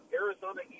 Arizona